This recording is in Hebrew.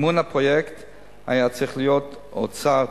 מימון הפרויקט היה צריך להיות: האוצר,